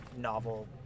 novel